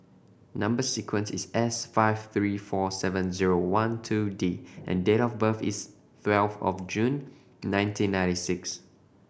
number sequence is S five three four seven zero one two D and date of birth is twelve of June nineteen ninety six